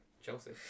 Chelsea